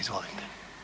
Izvolite.